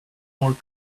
more